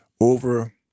over